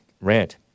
rant